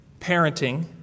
parenting